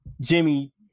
Jimmy